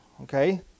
Okay